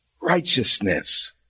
Righteousness